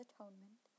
Atonement